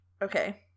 Okay